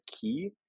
key